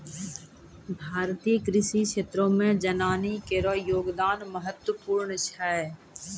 भारतीय कृषि क्षेत्रो मे जनानी केरो योगदान महत्वपूर्ण छै